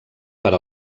per